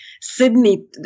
Sydney